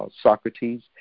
Socrates